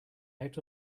out